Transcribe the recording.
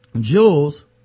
Jules